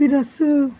फिर अस